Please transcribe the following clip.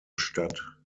stadt